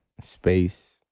Space